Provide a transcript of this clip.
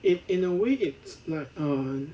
in in a way it's like err